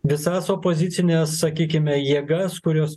visas opozicines sakykime jėgas kurios